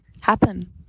happen